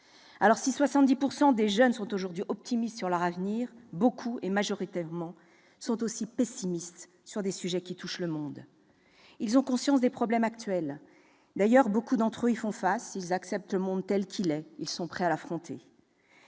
Valéry. Si 78 % des jeunes sont aujourd'hui optimistes quant à leur devenir, ils sont en revanche majoritairement pessimistes sur les sujets qui touchent le monde. Ils ont conscience des problèmes actuels. D'ailleurs, nombre d'entre eux y font face ; ils acceptent le monde tel qu'il est et sont prêts à l'affronter.